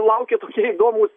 laukia tokie įdomūs